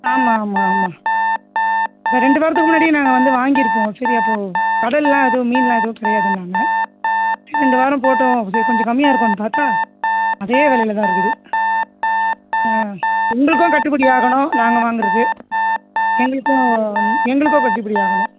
ஆமாம் ஆமாம் ஆமாம் இப்போ ரெண்டு வாரத்துக்கு முன்னாடியே நாங்கள் வந்து வாங்கிருப்போம் சரி அப்போ கடல் எல்லாம் எதுவும் மீன் எல்லாம் எதுவும் கிடையாதுன்னாங்க இந்த வாரம் போட்டும் கொஞ்சம் கம்மியாக இருக்குன்னு பார்த்தா அதே விலைலதான் இருக்குது உங்களுக்கும் கட்டுப்படி ஆகணும் நாங்கள் வாங்குறது எங்களுக்கும் எங்களுக்கும் கட்டுப்படி ஆகணும்